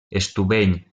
estubeny